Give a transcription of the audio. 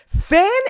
fan